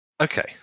Okay